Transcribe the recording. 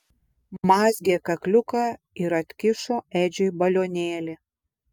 mazgė kakliuką ir atkišo edžiui balionėlį